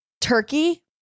turkey